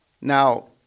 Now